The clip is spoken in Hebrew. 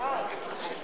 לסעיף